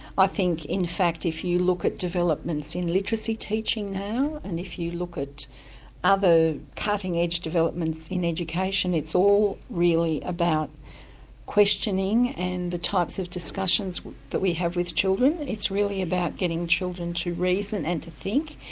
i think in fact if you look at developments in literacy teaching now, and if you look at other cutting-edge developments in education, it's all really about questioning, and the types of discussions that we have with children. it's really about getting children to reason and to think,